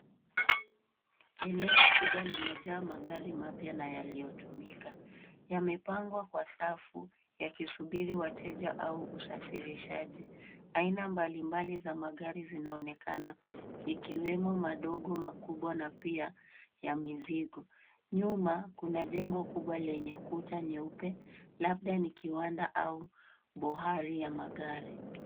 Eneo kubwa limejaa magari mapya na yaliyotumika. Yamepangwa kwa safu, yakisubiri wateja au usafirishaji. Aina mbalimbali za magari zinaonekana, ikiwemo madogo, makubwa, na pia ya mizigo. Nyuma, kuna jengo kubwa lenye kuta nyeupe, labda ni kiwanda au bohari ya magari.